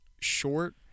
short